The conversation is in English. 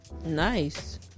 nice